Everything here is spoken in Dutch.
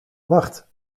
wacht